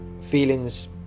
feelings